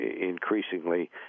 increasingly